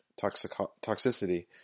toxicity